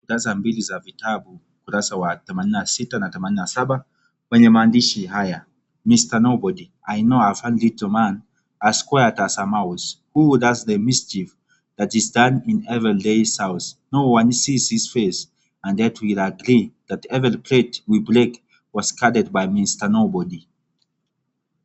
kurasa mbili za vitabu, ukuraza wa themanini sita na themanini saba, kwenye mandishi haya. (cs) Mr. Nobody, I know a funny little man, As quiet as a mouse, Who does the mischief that is done In everybody’s house. There’s no one ever sees his face, And yet we all agree That every plate we break was cracked By Mr. Nobody. (cs)